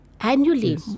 annually